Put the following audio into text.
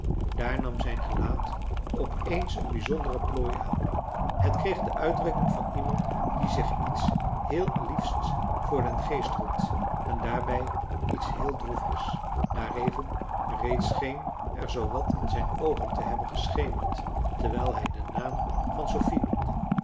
daar nam zijn gelaat op eens een bijzondere plooi aan het kreeg de uitdrukking van iemand die zich iets heel liefst voor den geest roept en daarbij iets heel droevigs daareven reeds scheen er zoo wat in zijn oogen te hebben geschemerd terwijl hij den naam van sophie noemde